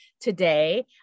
today